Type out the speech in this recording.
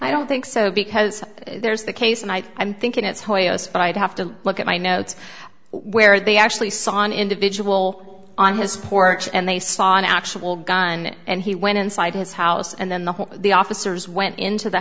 i don't think so because there's the case and i think it's hoyas but i'd have to look at my notes where they actually saw an individual on his porch and they saw an actual gun and he went inside his house and then the whole the officers went into the